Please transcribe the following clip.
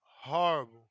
Horrible